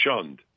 shunned